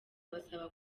abasaba